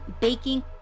baking